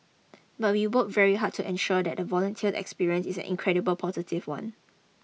but we work very hard to ensure that the volunteer experience is an incredible positive one